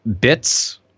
Bits